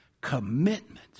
Commitment